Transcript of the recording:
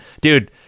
dude